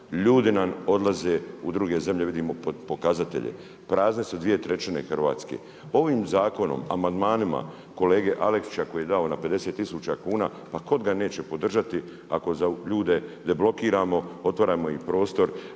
Ljudi nam odlaze u druge zemlje, vidimo pokazatelje. Prazne su 2/3 Hrvatske. Ovim zakonom, amandmanima, kolege Aleksića koji je dao na 50 tisuća kuna, pa tko ga neće podržati, ako za ljude deblokiramo, otvaramo im prostor